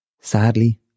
Sadly